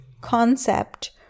concept